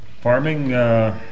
Farming